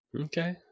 Okay